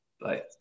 Bye